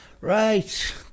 Right